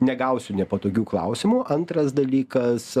negausiu nepatogių klausimų antras dalykas